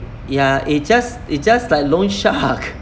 ya it just it just like loan shark